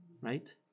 right